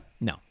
No